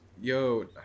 Yo